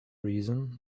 reason